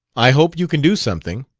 i hope you can do something,